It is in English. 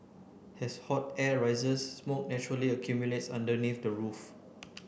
as hot air rises smoke naturally accumulates underneath the roof